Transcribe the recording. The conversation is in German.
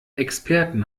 experten